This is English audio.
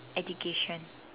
education